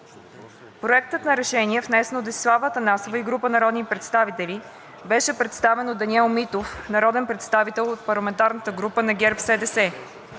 Проектът на решениe, внесен от Десислава Атанасова и група народни представители, беше представен от Даниел Митов, народен представител от ПГ на ГЕРБ-СДС,